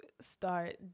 start